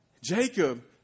Jacob